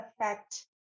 affect